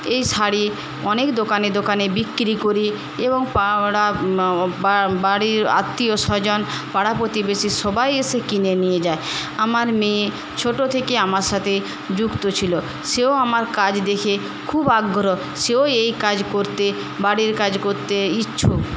এই শাড়ি অনেক দোকানে দোকানে বিক্রি করি এবং বাড়ির আত্মীয়স্বজন পাড়া প্রতিবেশি সবাই এসে কিনে নিয়ে যায় আমার মেয়ে ছোট থেকেই আমার সঙ্গে যুক্ত ছিল সেও আমার কাজ দেখে খুব আগ্রহ সেও এই কাজ করতে বাড়ির কাজ করতে ইচ্ছুক